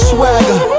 Swagger